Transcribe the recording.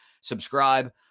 subscribe